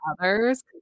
others